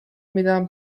میدم